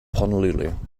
honolulu